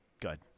Good